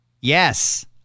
Yes